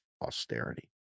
austerity